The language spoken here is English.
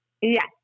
Yes